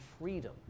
freedom